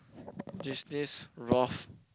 Disney's Ralph